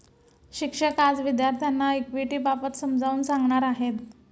शिक्षक आज विद्यार्थ्यांना इक्विटिबाबत समजावून सांगणार आहेत